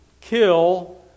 kill